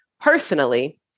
Personally